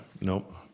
Nope